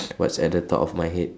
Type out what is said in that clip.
what's at the top of my head